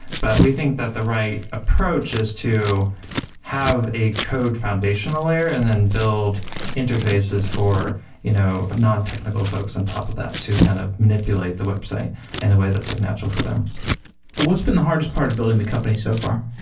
but we think that the right approach is to have a code foundational layer and then build interfaces for you know non-technical folks on top of that to kind of manipulate the website in a way that's like natural for them what's been the hardest part of building the company so far?